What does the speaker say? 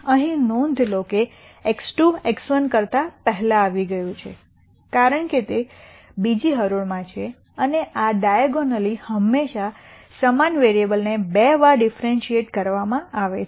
અહીં નોંધ લો કે x2 x1 પહેલાં આવી ગયું છે કારણ કે તે બીજી હરોળમાં છે અને આ ડાઇઐગોનલી હંમેશા સમાન વેરીએબલને બે વાર ડિફરેન્શીઐટિડ કરવા માં આવે છે